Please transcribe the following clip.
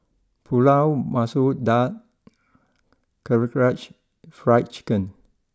Pulao Masoor Dal Karaage Fried Chicken